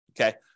okay